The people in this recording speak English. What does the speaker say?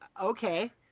okay